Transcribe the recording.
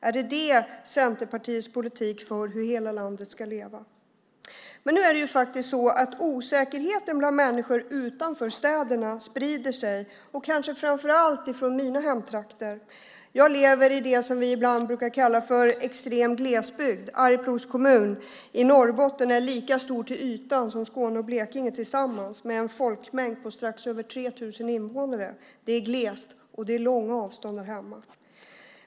Är det Centerpartiets politik för hur hela landet ska leva? Det är faktiskt så att osäkerheten bland människor utanför städerna sprider sig och kanske framför allt i mina hemtrakter. Jag lever i det vi ibland brukar kalla extrem glesbygd. Arjeplogs kommun i Norrbotten är lika stor till ytan som Skåne och Blekinge tillsammans och har en folkmängd på strax över 3 000 invånare. Det är glest, och det är långa avstånd därhemma.